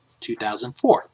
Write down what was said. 2004